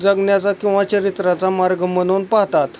जगण्याचा किंवा चरित्राचा मार्ग म्हणून पाहतात